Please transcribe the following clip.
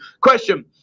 question